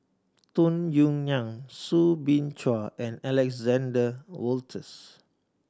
Tung Yue Nang Soo Bin Chua and Alexander Wolters